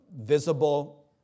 visible